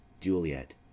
JULIET